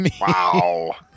Wow